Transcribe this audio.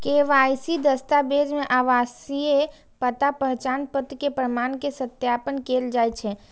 KYC दस्तावेज मे आवासीय पता, पहचान पत्र के प्रमाण के सत्यापन कैल जाइ छै